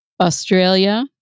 Australia